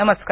नमस्कार